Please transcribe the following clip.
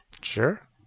Sure